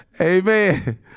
Amen